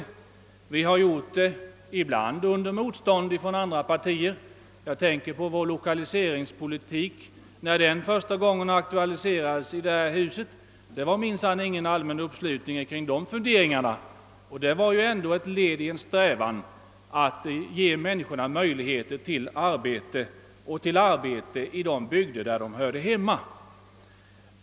Vi har ibland mött motstånd från andra partier. När vi aktualiserade lokaliseringspolitiken första gången i detta hus var det minsann ingen allmän uppslutning kring våra funderingar. De var dock ett led i en strävan att ge människorna möjlighet till arbete i de bygder där de hör hemma.